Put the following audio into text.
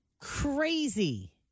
Crazy